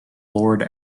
lord